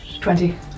Twenty